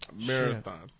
marathon